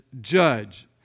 judge